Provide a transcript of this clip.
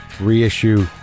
reissue